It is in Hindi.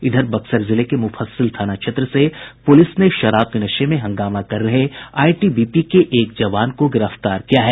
इधर बक्सर जिले के मुफस्सिल थाना क्षेत्र से पुलिस ने शराब के नशे में हंगामा कर रहे आईटीबीपी के एक जवान को गिरफ्तार किया है